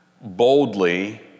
boldly